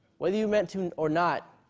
whether you meant to or not,